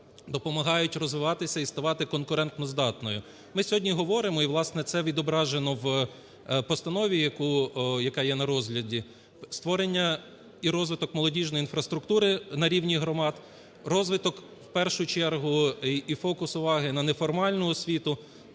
допомагають розвиватися і ставати конкурентоздатною. Ми сьогодні говоримо і, власне, це відображено у постанові, яка є на розгляді, створення і розвиток молодіжної інфраструктури на рівні громад, розвиток у першу чергу і фокус уваги на неформальну освіту,